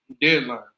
deadline